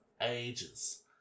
ages